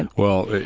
and well,